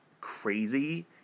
crazy